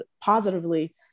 positively